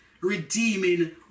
redeeming